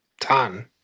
ton